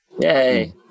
Yay